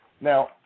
Now